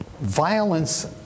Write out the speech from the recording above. violence